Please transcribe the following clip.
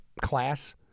class